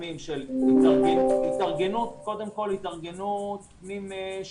חסמים של קודם כל התארגנות פנים-שבטית,